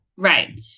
Right